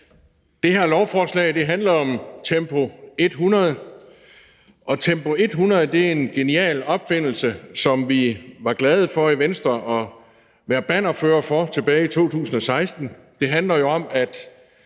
Det her lovforslag handler om Tempo 100-ordningen, og Tempo 100-ordningen er en genial opfindelse, som vi i Venstre var glade for at være bannerfører for tilbage i 2016. Det handler jo om, at